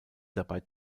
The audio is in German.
dabei